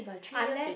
unless